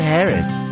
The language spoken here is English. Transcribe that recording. Harris